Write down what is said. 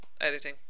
editing